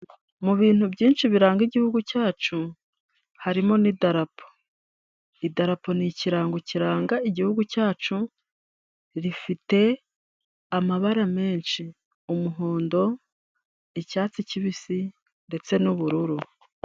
Mu bintu byinshi biranga igihugu cyacu harimo n'idarapo idarapo ni ikirango kiranga igihugu cyacu, rifite amabara menshi umuhondo, icyatsi kibisi ndetse n'ubururu.